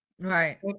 Right